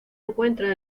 encuentra